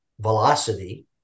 velocity